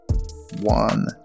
one